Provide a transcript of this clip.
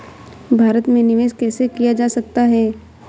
भारत में निवेश कैसे किया जा सकता है?